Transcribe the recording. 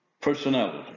Personality